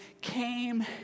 came